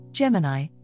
Gemini